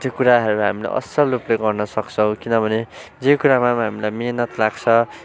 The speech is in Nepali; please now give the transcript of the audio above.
त्यो कुराहरू हामीले असल रूपले गर्न सक्छौँ किनभने जे कुरामा पनि हामीलाई मेहेनत लाग्छ